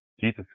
Jesus